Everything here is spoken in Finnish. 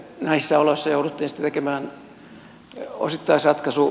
näissä oloissa jouduttiin sitten tekemään osittaisratkaisu